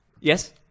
yes